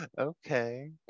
okay